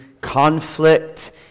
conflict